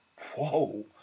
whoa